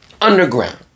underground